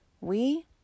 We